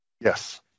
yes